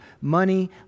money